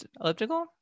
Elliptical